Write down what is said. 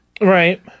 Right